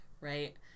right